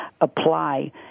apply